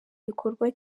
gikorwa